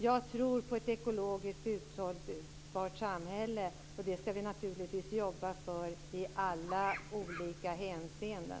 Jag tror på ett ekologiskt uthålligt samhälle, och det skall vi naturligtvis jobba för i alla olika hänseenden.